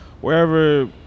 wherever